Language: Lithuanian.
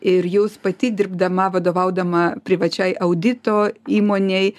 ir jūs pati dirbdama vadovaudama privačiai audito įmonei